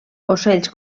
ocells